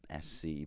SC